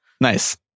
Nice